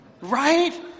right